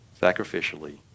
sacrificially